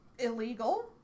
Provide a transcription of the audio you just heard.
illegal